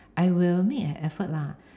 I will make an effort lah